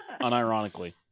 Unironically